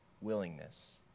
willingness